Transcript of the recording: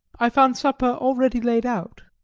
i found supper already laid out.